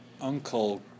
uncle